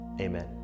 Amen